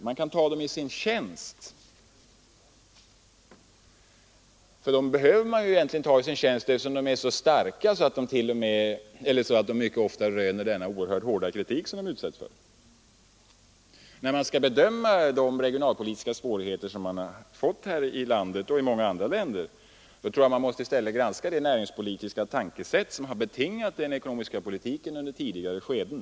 Man kan ta dem i sin tjänst; det behöver man göra, just eftersom de är så starka att de ofta hårt kritiseras. När man skall bedöma de regionalpolitiska svårigheter som uppstått i vårt land och i många andra länder måste man granska det näringspolitiska tänkesätt som har betingat den ekonomiska politiken under tidigare skeden.